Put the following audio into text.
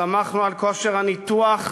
סמכנו על כושר הניתוח,